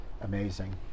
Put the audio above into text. amazing